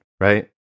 right